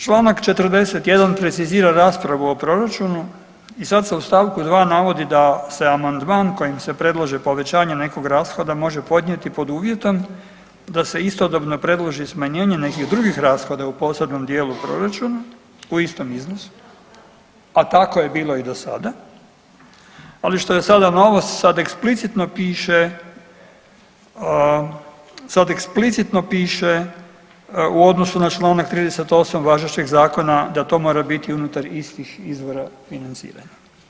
Čl. 41. precizira raspravu o proračunu i sad se u stavku 2. navodi da se amandman kojim se predlaže povećanje nekog rashoda može podnijeti pod uvjetom da se istodobno predloži smanjenje nekih drugih rashoda u posebnom dijelu proračuna u istom iznosu, a tako je bilo i do sada, ali što je sada novo, sad eksplicitno piše, sad eksplicitno piše u odnosu na čl. 28 važećeg zakona da to mora biti unutar istih izvora financiranja.